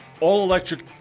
all-electric